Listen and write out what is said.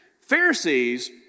Pharisees